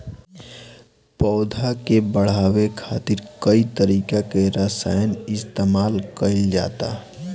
पौधा के बढ़ावे खातिर कई तरीका के रसायन इस्तमाल कइल जाता